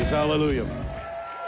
Hallelujah